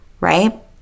right